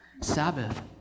Sabbath